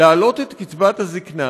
להעלות את קצבת הזקנה,